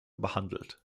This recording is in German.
behandelt